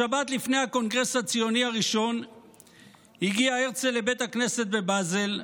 בשבת לפני הקונגרס הציוני הראשון הגיע הרצל לבית הכנסת בבזל,